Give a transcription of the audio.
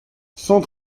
cent